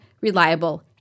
reliable